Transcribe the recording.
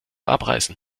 abreißen